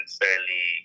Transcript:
fairly